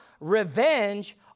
revenge